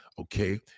okay